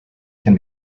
can